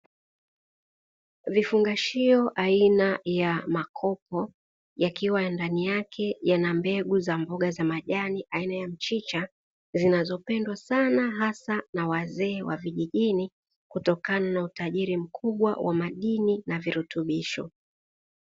Vifungashio aina ya makopo yakiwa ndani yake yana mbegu za mboga za majani aina ya mchicha, zinazopendwa sana hasa na wazee wa vijijini kutokana na utajiri mkubwa wa madini na virutubisho.